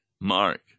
Mark